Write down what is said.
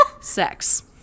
Sex